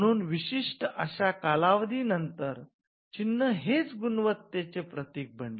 म्हणून विशिष्ट अश्या कालावधी नंतर चिन्ह हेच गुणवत्तेचे प्रतिक बनले